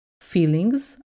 feelings